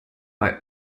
bei